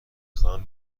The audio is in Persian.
خواهم